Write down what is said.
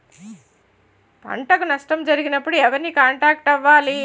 పంటకు నష్టం జరిగినప్పుడు ఎవరిని కాంటాక్ట్ అవ్వాలి?